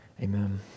Amen